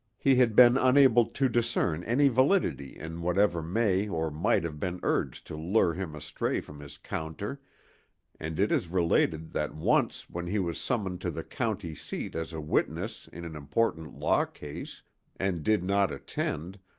he had been unable to discern any validity in whatever may or might have been urged to lure him astray from his counter and it is related that once when he was summoned to the county seat as a witness in an important law case and did not attend,